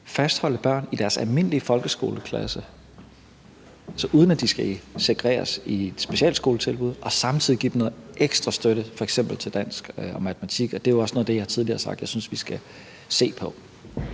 fastholde børn i deres almindelige folkeskoleklasse, uden at de skal segregeres i specialskoletilbud, og samtidig give dem noget ekstra støtte, f.eks. til dansk og matematik. Og det er også noget af det, jeg tidligere har sagt jeg synes vi skal se på.